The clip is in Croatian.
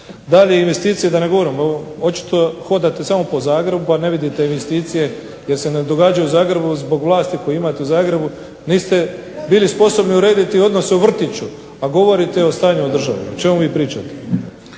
Dalje investicije da ne govorim, očito hodate samo po Zagrebu pa ne vidite investicije jer se ne događaju u Zagrebu zbog vlasti koju imate u Zagrebu, niste bili sposobni urediti odnose u vrtiću, a govorite o stanju u državi. O čemu vi pričate.